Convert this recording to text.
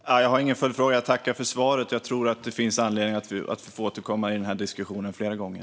Fru talman! Jag har ingen följdfråga utan tackar för svaret. Jag tror att det finns anledning att återkomma till den här diskussionen fler gånger.